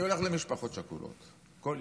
אני הולך למשפחות שכולות כל יום,